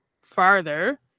farther